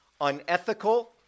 unethical